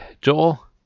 Joel